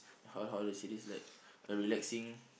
how how tosay this like a relaxing